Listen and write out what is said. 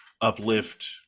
uplift